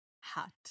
hat